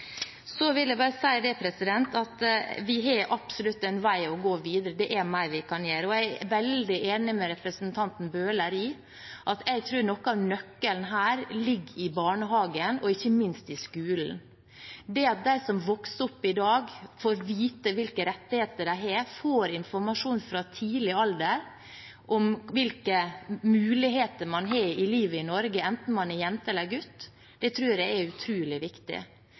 Så vil jeg bare si at vi absolutt har en vei å gå videre. Det er mer vi kan gjøre. Og jeg er veldig enig med representanten Bøhler i at noe av nøkkelen her ligger i barnehagen, og ikke minst i skolen. Det at de som vokser opp i dag, får vite hvilke rettigheter de har, får informasjon fra tidlig alder om hvilke muligheter man har i livet i Norge, enten man er jente eller gutt, tror jeg er utrolig viktig.